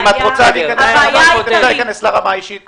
לא אכנס לרמה האישית,